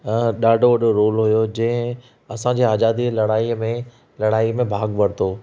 ॾाढो वॾो रोल हुयो जंहिं असां जी आज़ादी लड़ाईअ में लड़ाई में भाॻु वरतो